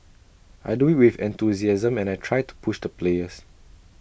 I do IT with enthusiasm and I try to push the players